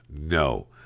No